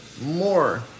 More